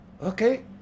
okay